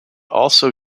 also